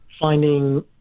finding